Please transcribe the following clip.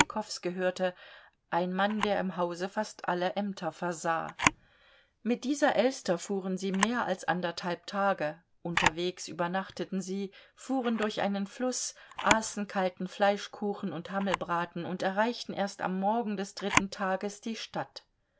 tschitschikows gehörte ein mann der im hause fast alle ämter versah mit dieser elster fuhren sie mehr als anderthalb tage unterwegs übernachteten sie fuhren durch einen fluß aßen kalten fleischkuchen und hammelbraten und erreichten erst am morgen des dritten tages die stadt